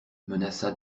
menaça